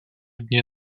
дней